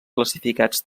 classificats